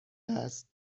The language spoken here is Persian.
است